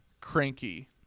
cranky